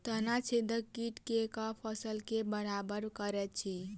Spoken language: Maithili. तना छेदक कीट केँ सँ फसल केँ बरबाद करैत अछि?